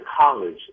college